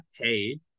paid